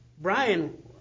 Brian